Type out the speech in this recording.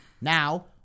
Now